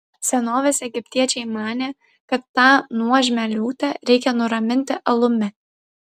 senovės egiptiečiai manė kad tą nuožmią liūtę reikia nuraminti alumi